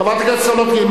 חברת הכנסת סולודקין,